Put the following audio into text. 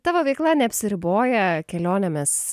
tavo veikla neapsiriboja kelionėmis